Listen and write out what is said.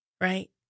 right